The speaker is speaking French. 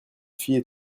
fille